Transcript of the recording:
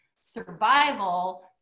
survival